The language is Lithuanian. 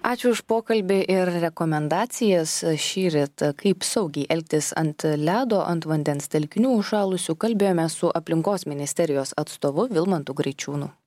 ačiū už pokalbį ir rekomendacijas šįryt kaip saugiai elgtis ant ledo ant vandens telkinių užšalusių kalbėjomės su aplinkos ministerijos atstovu vilmantu graičiūnu